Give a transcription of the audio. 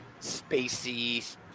spacey